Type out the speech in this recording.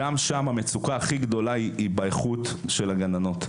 גם שם המצוקה הכי גדולה היא באיכות של הגננות.